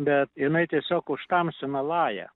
bet jinai tiesiog užtamsina lają